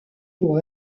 pour